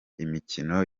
imikino